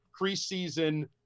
preseason